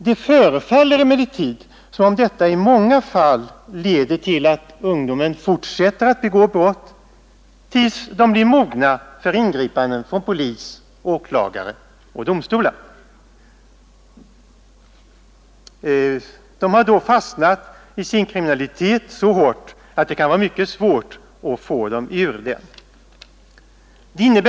Det förefaller emellertid som om detta i många fall leder till att ungdomarna fortsätter att begå brott tills de blir mogna för ingripanden från polis, åklagare och domstolar. De har då fastnat i sin kriminalitet så hårt att det kan vara svårt att få dem att komma ur denna.